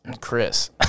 Chris